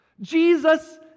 Jesus